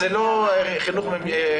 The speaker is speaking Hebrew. קידום נוער זה לא חינוך פורמלי.